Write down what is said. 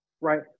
right